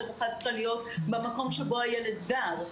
רווחה צריכה להיות במקום שבו הילד גר.